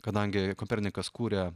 kadangi kopernikas kūrė